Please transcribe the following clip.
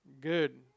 good